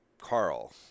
Carl